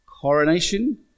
coronation